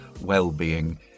well-being